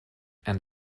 and